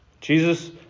Jesus